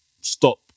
stop